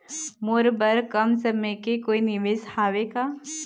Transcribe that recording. मोर बर कम समय के कोई निवेश हावे का?